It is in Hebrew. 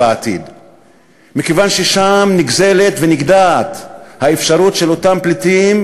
מכיוון ששם נגזלת ונגדעת האפשרות של אותם פליטים